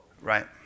Right